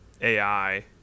AI